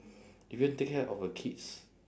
if you want take care of a kids